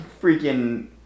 freaking